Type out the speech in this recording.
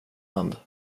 hand